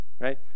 right